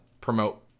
promote